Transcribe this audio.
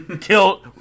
Kill